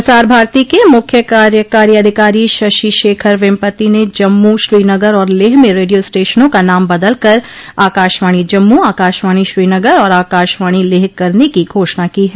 प्रसार भारती के मुख्य कार्यकारी अधिकारी शशि शेखर वेम्पति ने जम्मू श्रीनगर और लेह में रेडियो स्टेशनों का नाम बदलकर आकाशवाणी जम्मू आकाशवाणी श्रीनगर और आकाशवाणी लेह करने की घोषणा की है